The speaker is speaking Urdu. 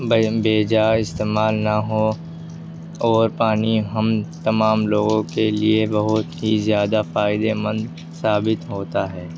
بیجا استعمال نہ ہو اور پانی ہم تمام لوگوں کے لیے بہت ہی زیادہ فائدے مند ثابت ہوتا ہے